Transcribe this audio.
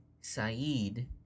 Saeed